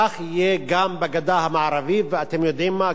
כך יהיה גם בגדה המערבית, ואתם יודעים מה?